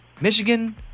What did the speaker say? Michigan